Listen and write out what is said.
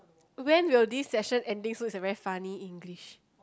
when will this session ending soon is a very funny English